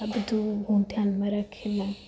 આ બધું હું ધ્યાનમાં રાખીને